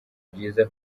byiza